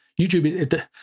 YouTube